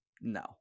no